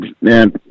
man